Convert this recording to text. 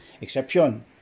Exception